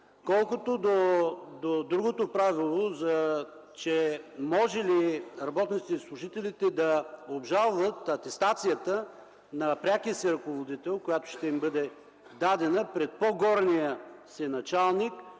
Колкото до другото правило, че можели работниците и служителите да обжалват атестацията на прекия си ръководител, която ще им бъде дадена пред по-горния си началник,